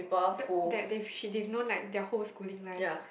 the that they've known like their whole schooling lives